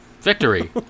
victory